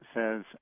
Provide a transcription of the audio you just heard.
says